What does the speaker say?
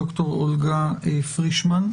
ד"ר אולגה פרישמן.